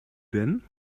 then